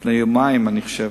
לפני יומיים, אני חושב.